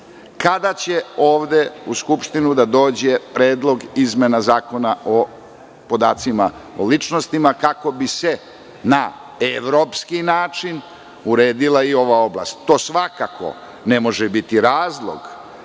kada će ovde u Skupštinu da dođe predlog izmena Zakona o podacima o ličnostima, kako bi se na evropski način uredila i ova oblast? To svakako ne može biti razlog